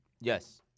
Yes